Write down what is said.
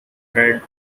fred